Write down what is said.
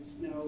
no